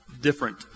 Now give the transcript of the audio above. different